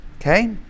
Okay